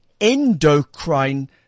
endocrine